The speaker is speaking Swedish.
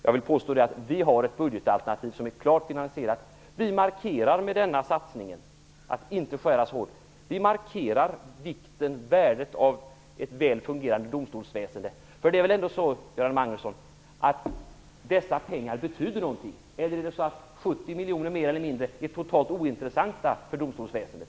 Jag vill påstå att vi har ett budgetalternativ som är klart finansierat. Genom att inte skära så hårt i anslagen markerar vi värdet av ett väl fungerande domstolsväsende. Dessa pengar betyder väl ändå någonting, Göran Magnusson? Eller är 70 miljoner mer eller mindre totalt ointressant för domstolsväsendet?